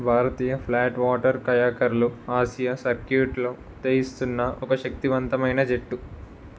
భారతీయ flat water కయాకర్లు Asia సర్క్యూట్లో ఉదయిస్తున్న ఒక శక్తివంతమైన జట్టు